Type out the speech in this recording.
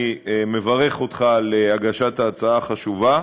אני מברך אותך על הגשת ההצעה החשובה,